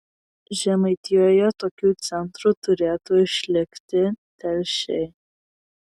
žemaitijoje tokiu centru turėtų išlikti telšiai